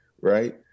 right